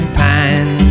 pine